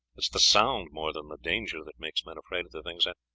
is the sound more than the danger that makes men afraid of the things, and,